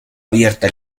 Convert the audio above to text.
abierta